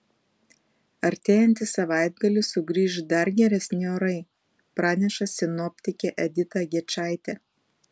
artėjantį savaitgalį sugrįš dar geresni orai praneša sinoptikė edita gečaitė